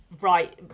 right